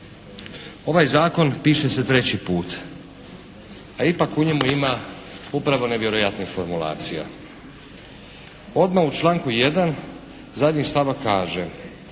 Ovaj Zakon piše se treći put, a ipak u njemu ima nevjerojatnih formulacija. Odmah u članku 1. zadnji stavak kaže: